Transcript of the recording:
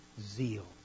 zeal